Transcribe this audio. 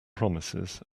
promises